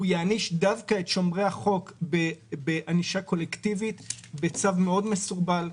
הוא יעניש דווקא את שומרי החוק בענישה קולקטיבית בצו מאוד מסורבל.